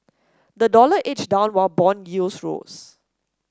the dollar edged down while bond yields rose